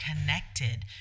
connected